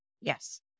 yes